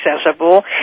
accessible